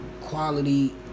Quality